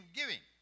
giving